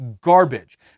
garbage